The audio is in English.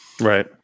Right